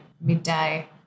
midday